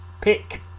Pick